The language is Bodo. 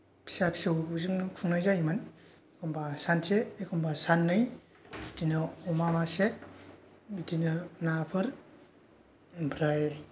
फिसा फिसौ बेजोंनो खुंनाय जायोमोन एखम्बा सानसे एखम्बा साननै बिदिनो अमा मासे बिदिनो नाफोर ओमफ्राय